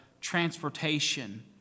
transportation